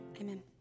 Amen